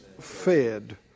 fed